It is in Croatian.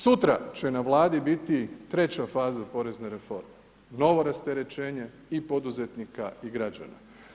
Sutra će na Vladi biti 3. faza porezne reforme, novo rasterećenje i poduzetnika i građana.